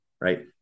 right